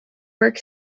work